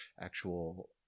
actual